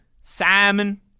salmon